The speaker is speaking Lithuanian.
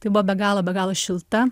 tai buvo be galo be galo šilta